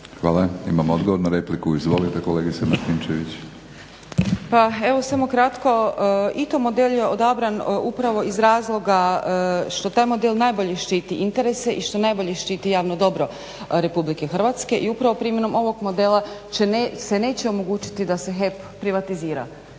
Hvala. Imamo odgovor na repliku. Izvolite kolegice Martinčević. **Martinčević, Natalija (HNS)** Pa evo samo kratko. I taj model je odabran upravo iz razloga što taj model najbolje štiti interese i što najbolje štiti javno dobro RH i upravo primjenom ovog modela se neće omogućiti da se HEP privatizira.